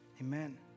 Amen